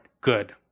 good